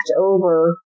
over